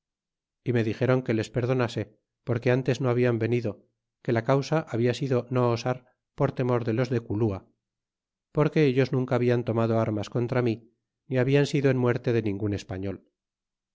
d me dixdron que les perdonase porque dates no hablan venido que la causa habla sido no osar por te mor de los de culua porque ellos nunca hablan tomado armas contra mi ni hablan sido en muerte de ningun esparaol